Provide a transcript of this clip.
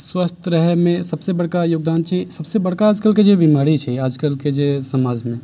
स्वस्थ रहयमे सभसँ बड़का योगदान छै सभसँ बड़का आजकलके जे बीमारी छै आजकलके जे समाजमे